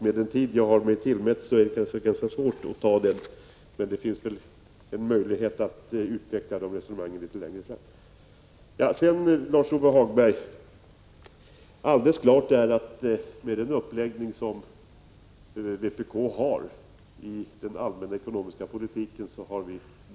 Med den tid jag har mig tillmätt är det ganska svårt att besvara dem alla, men det finns kanske en möjlighet att utveckla de resonemangen litet längre fram. Till Lars-Ove Hagberg vill jag säga att det är alldeles klart att vi har oerhört svårt att mötas på grund av den uppläggning vpk har när det gäller den allmänna ekonomiska politiken.